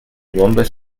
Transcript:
bombes